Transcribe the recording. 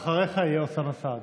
אחריך יהיה אוסאמה סעדי.